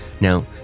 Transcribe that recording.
Now